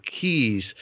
keys